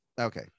Okay